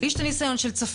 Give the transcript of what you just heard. לי יש את הניסיון מאסון צפית.